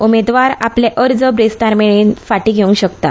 उमेदवार आपले अर्ज ब्रेस्तार मेरेन फांटी घेवंक शकता